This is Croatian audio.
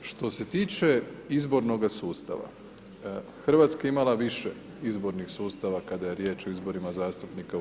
Što se tiče izbornoga sustava, Hrvatska je imala više izbornih sustava kada je riječ o izborima zastupnika u HS.